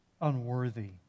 unworthy